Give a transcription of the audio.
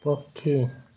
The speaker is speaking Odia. ପକ୍ଷୀ